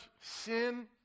sin